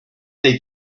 they